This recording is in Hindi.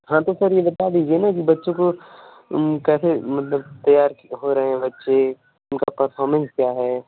हाँ तो सर ये बता दीजिए न की बच्चों को कैसे मतलब तैयार की हो रहे बच्चे उनका परफॉरमेंस क्या हे